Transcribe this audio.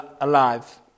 alive